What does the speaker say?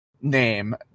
name